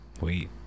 wait